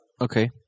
okay